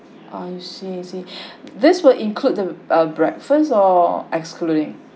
I see I see this will include the uh breakfast or excluding